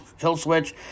Killswitch